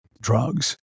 drugs